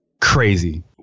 crazy